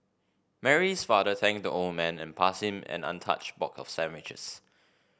Mary's father thanked the old man and passed him an untouched box of sandwiches